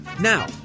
Now